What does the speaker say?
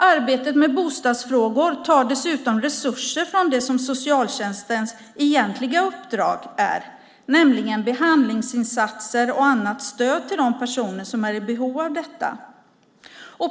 Arbetet med bostadsfrågor tar dessutom resurser från det som är socialtjänstens egentliga uppdrag, nämligen behandlingsinsatser och annat stöd till de personer som är i behov av detta.